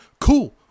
cool